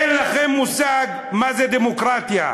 אין לכם מושג מה זה דמוקרטיה.